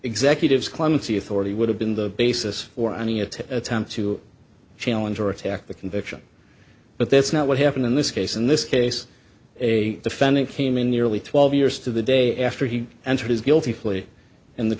executive clemency authority would have been the basis for any attempt to challenge or attack the conviction but that's not what happened in this case in this case a defendant came in nearly twelve years to the day after he entered his guilty plea in the